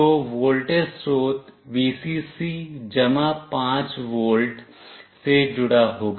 तो वोल्टेज स्रोत Vcc 5 volt से जुड़ा होगा